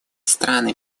страны